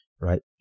right